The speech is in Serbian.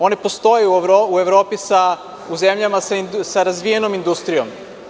One postoje u Evropi u zemljama sa razvijenom industrijom.